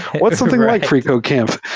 what's something like freecodecamp?